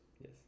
Yes